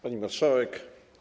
Pani Marszałek!